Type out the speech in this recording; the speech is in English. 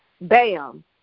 Bam